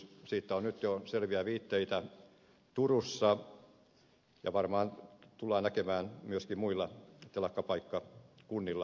siitä on nyt jo selviä viitteitä turussa ja varmaan niitä tullaan näkemään myöskin muilla telakkapaikkakunnilla